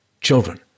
Children